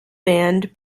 band